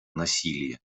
насилие